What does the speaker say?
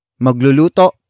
Magluluto